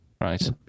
right